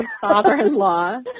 father-in-law